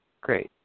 great